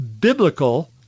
biblical